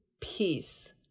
peace